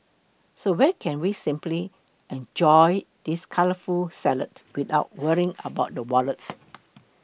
so where can we sampling enjoy this colourful salad without worrying about the wallets